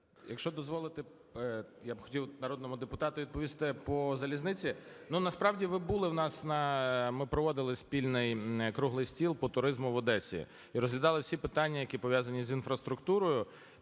Якщо дозволите, я б хотів народному депутату відповісти по залізниці. Насправді ви були в нас на… ми проводили спільний круглий стіл по туризму в Одесі і розглядали всі питання, які пов'язані з інфраструктурою.